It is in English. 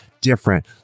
different